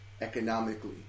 economically